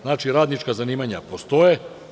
Znači, radnička zanimanja postoje.